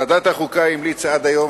ועדת החוקה המליצה עד היום,